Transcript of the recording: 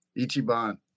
Ichiban